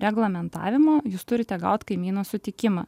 reglamentavimo jūs turite gaut kaimynų sutikimą